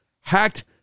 hacked